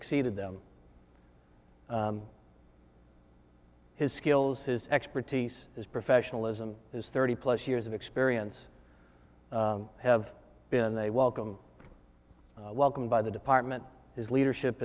exceeded them his skills his expertise as professionalism is thirty plus years of experience have been they welcome welcome by the department his leadership